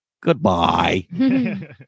goodbye